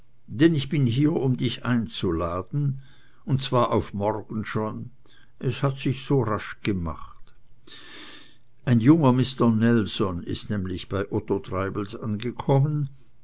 denn ich bin hier um dich einzuladen und zwar auf morgen schon es hat sich so rasch gemacht ein junger mister nelson ist nämlich bei otto treibels angekommen